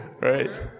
right